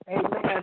Amen